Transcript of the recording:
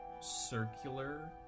circular